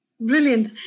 Brilliant